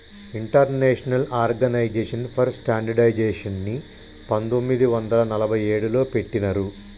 international organisation for స్టాండర్డయిజేషన్ని పంతొమ్మిది వందల నలభై ఏడులో పెట్టినరు